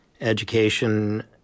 education